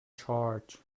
charge